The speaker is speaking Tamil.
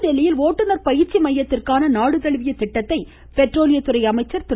புதுதில்லியில் ஓட்டுனர் பயிற்சி மையத்திற்கான நாடுதழுவிய திட்டத்தை பெட்ரோலியத்துறை அமைச்சர் திரு